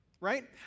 right